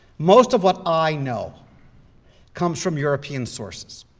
most of what i know comes from european sources.